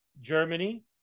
Germany